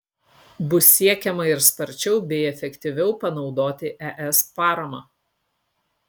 bus siekiama ir sparčiau bei efektyviau panaudoti es paramą